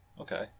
Okay